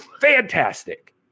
fantastic